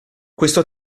questo